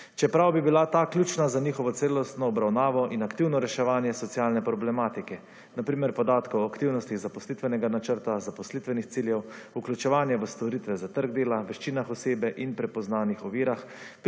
čeprav bi bila ta ključna za njihovo celotno obravnavo in aktivno reševanje socialne problematike, na primer podatkov o aktivnosti zaposlitvenega načrta, zaposlitvenih ciljev, vključevanje v storitve za trg dela, veščinah osebe in prepoznanih ovirah